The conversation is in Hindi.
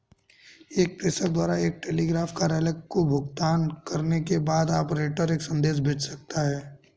एक प्रेषक द्वारा एक टेलीग्राफ कार्यालय को भुगतान करने के बाद, ऑपरेटर एक संदेश भेज सकता है